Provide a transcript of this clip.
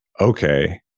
okay